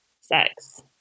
sex